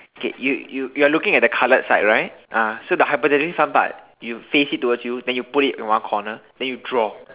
K you you you're looking at the coloured side right ah so the hypothetically front part you face it towards you then you put it in one corner then you draw